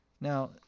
Now